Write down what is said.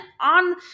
on